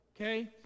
Okay